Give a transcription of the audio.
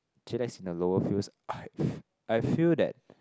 chillax in the lower fields I I feel that